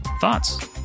thoughts